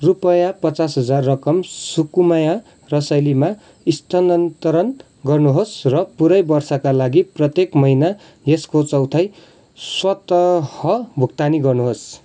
रुपियाँ पचास हजार रकम सुकुमाया रसाइलीमा स्थानान्तरण गर्नुहोस् र पुरै वर्षका लागि प्रत्येक महिना यसको चौथाई स्वतः भुक्तानी गर्नुहोस्